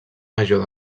major